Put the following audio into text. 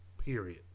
Period